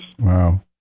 Wow